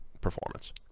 performance